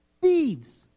thieves